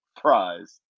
prize